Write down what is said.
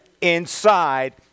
inside